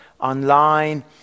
online